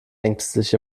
ängstlich